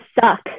suck